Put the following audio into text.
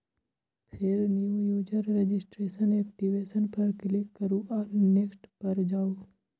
फेर new user registration, activation पर click करू आ नेक्स्ट पर जाउ